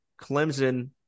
Clemson